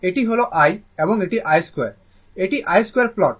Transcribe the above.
এটি হল i এবং এটি i 2 এটি i 2 প্লট যদি প্লট